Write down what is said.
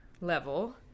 level